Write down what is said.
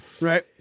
Right